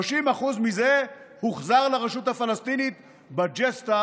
30% מזה הוחזר לרשות הפלסטינית בג'סטה